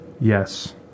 Yes